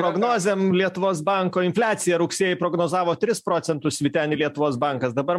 prognozėm lietuvos banko infliaciją rugsėjį prognozavo tris procentus vyteni lietuvos bankas dabar